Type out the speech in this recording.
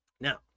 now